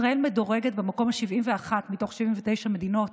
ישראל מדורגת במקום ה-71 מתוך 79 מדינות